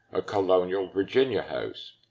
a colonial virginia house,